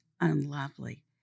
unlovely